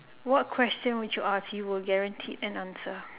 what question would you ask you will guarantee an answer